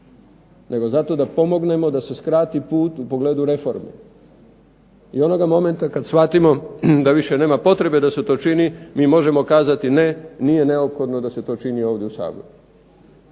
Nego zato da pomognemo da se skrati put u pogledu reforme. I onoga momenta kada shvatimo da više nema potrebe da se to čini mi možemo kazati ne, nije neophodno da se to čini ovdje u Saboru.